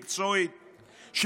מקצועית,